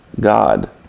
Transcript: God